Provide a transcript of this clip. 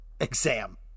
exam